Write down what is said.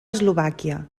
eslovàquia